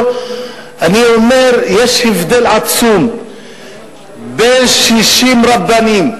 אני אומר: יש הבדל עצום בין 60 רבנים,